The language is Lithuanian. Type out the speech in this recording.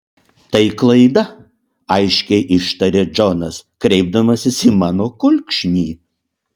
tai klaida aiškiai ištaria džonas kreipdamasis į mano kulkšnį